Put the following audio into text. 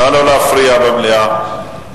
נא לא להפריע במליאה.